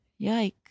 Yikes